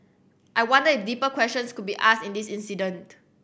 I wonder if deeper questions could be asked in this incident